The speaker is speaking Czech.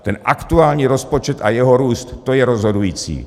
Ten aktuální rozpočet a jeho růst, to je rozhodující.